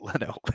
Leno